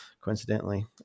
coincidentally